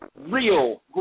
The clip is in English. real